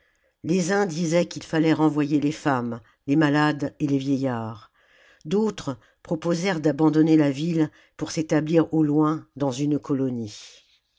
les uns disaient qu'il fallait renvoyer les femmes jes malades et les vieillards d'autres proposèrent d'abandonner la ville pour s'établir au loin dans une colonie